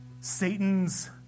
Satan's